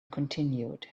continued